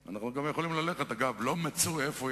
תראו,